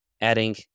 adding